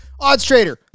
Oddstrader